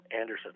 Anderson